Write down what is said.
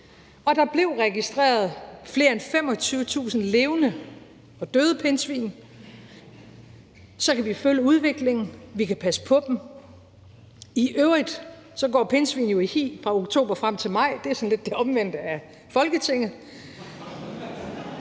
Der blev registreret mere end 25.000 levende og døde pindsvin. Så kan vi følge udviklingen, og vi kan passe på dem. I øvrigt går pindsvin jo i hi fra oktober frem til maj. Det er sådan lidt det omvendte af Folketinget.